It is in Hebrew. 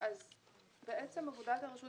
עבודת הרשות